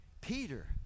Peter